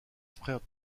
frère